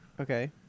okay